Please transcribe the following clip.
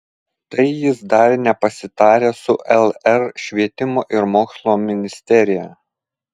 tai jis darė nepasitaręs su lr švietimo ir mokslo ministerija